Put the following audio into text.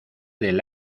del